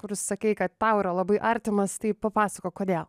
kuris sakei kad tau yra labai artimas tai papasakok kodėl